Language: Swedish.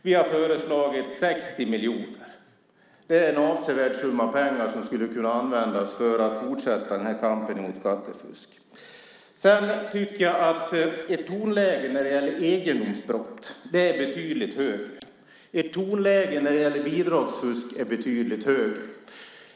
Vi har föreslagit 60 miljoner. Det är en avsevärd summa pengar som skulle kunna användas för att fortsätta kampen mot skattefusk. Ert tonläge när det gäller egendomsbrott är betydligt högre. Ert tonläge när det gäller bidragsfusk är betydligt högre.